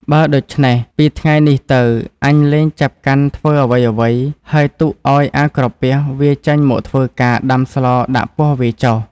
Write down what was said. បើដូច្នេះពីថ្ងៃនេះទៅ អញលែងចាប់កាន់ធ្វើអ្វី ៗ ហើយទុកឲ្យអាក្រពះវាចេញមកធ្វើការដាំស្លដាក់ពោះវាចុះ។